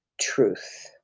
truth